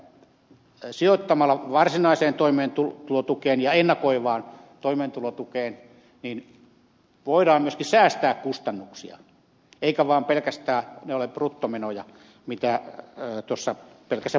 uskon että sijoittamalla varsinaiseen toimeentulotukeen ja ennakoivaan toimeentulotukeen voidaan myöskin säästää kustannuksia eivätkä ne ole vaan pelkästään bruttomenoja mitä pelkässä budjetissa näkyy